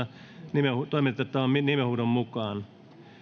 nimenhuudon toimitettavan nimenhuudon mukaan